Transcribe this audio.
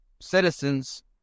citizens